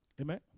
Amen